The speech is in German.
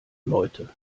leute